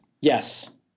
Yes